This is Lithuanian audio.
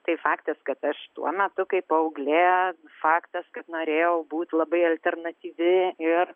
tai faktas kad aš tuo metu kaip paauglė faktas kad norėjau būt labai alternatyvi ir